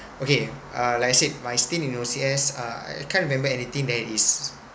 okay uh like I said my stint in O_C_S uh I can't remember anything that is